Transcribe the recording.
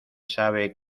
sabe